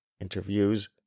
Interviews